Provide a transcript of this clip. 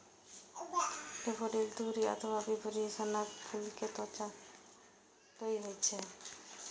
daffodil तुरही अथवा पिपही सनक फूल के पौधा होइ छै